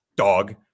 Dog